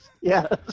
yes